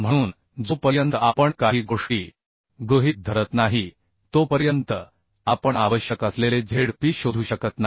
म्हणून जोपर्यंत आपण काही गोष्टी गृहीत धरत नाही तोपर्यंत आपण आवश्यक असलेले Zp शोधू शकत नाही